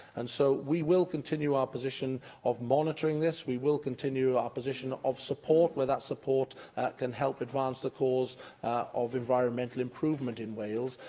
and so we will continue our position of monitoring this. we will continue our position of support where that support can help advance the cause of environmental improvement in wales.